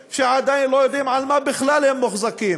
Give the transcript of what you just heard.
שעדיין לא יודעים על מה בכלל הם מוחזקים,